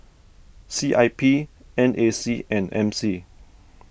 C I P N A C and M C